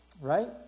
right